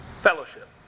fellowship